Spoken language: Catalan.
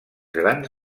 grans